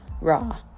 raw